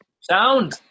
Sound